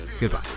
Goodbye